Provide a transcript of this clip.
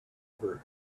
ever